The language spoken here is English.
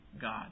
God